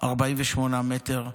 48 מטר,